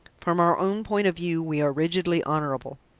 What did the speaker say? from our own point of view we are rigidly honourable.